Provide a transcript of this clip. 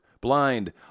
blind